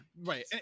right